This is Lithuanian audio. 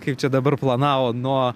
kaip čia dabar planavo nuo